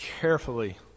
carefully